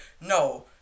no